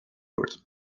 bored